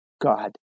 God